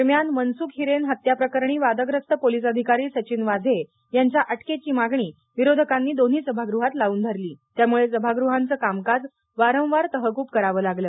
दरम्यान मनसुख हिरेन हत्या प्रकरणी वादग्रस्त पोलीस अधिकारी सचिन वाझे यांच्या अटकेच्या मागणी विरोधकांनी दोन्ही सभागृहात लावून धरली त्यामुळे सभागृहांचं कामकाज वारंवार तहकूब करावं लागलं